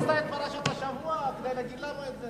את פרשת השבוע כדי להגיד לנו את זה.